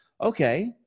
okay